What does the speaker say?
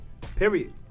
period